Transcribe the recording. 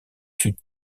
fut